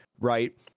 right